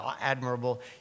admirable